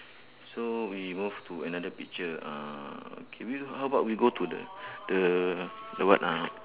so we move to another picture uh okay can we how about we go to the the the what ah